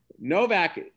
Novak